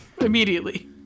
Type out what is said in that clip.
immediately